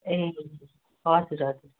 ए हजुर हजुर